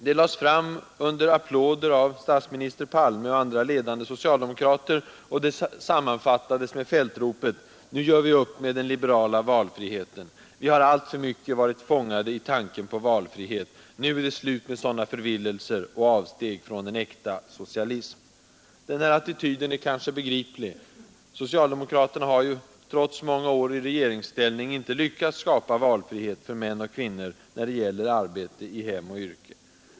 Det lades fram under applåder av statsminister Palme och andra ledande socialdemokrater, och det sammanfattades med fältropet: Nu gör vi upp med den liberala valfriheten. Vi har alltför mycket varit fångade i tanken på valfrihet. Nu är det slut med sådana förvillelser och avsteg från en äkta socialism! Den här attityden är kanske begriplig — socialdemokraterna har ju trots många år i regeringsställning inte lyckats skapa valfrihet för män och kvinnor när det gäller arbete i hem och yrke.